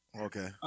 Okay